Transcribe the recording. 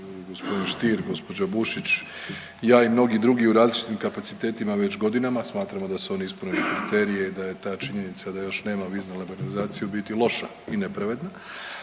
gospodin Stier, gospođa Bušić, ja i mnogi drugi u različitim kapacitetima već godinama smatramo da su oni ispunili kriterije i da je ta činjenica da još nema viznu liberalizaciju u biti loša i nepravedna.